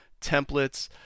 templates